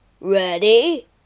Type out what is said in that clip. Ready